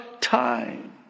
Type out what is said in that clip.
time